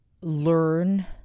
learn